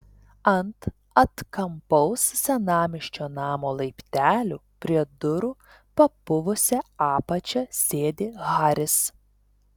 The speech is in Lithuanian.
ant atkampaus senamiesčio namo laiptelių prie durų papuvusia apačia sėdi haris